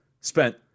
spent